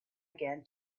again